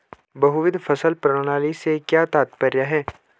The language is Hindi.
बहुविध फसल प्रणाली से क्या तात्पर्य है?